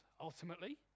ultimately